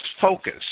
focus